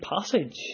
passage